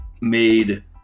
made